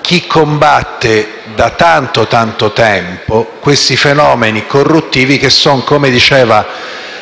chi combatte da tanto, tanto tempo questi fenomeni corruttivi che sono, come diceva